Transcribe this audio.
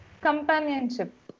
Companionship